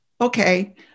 Okay